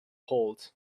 hold